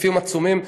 היקפים עצומים.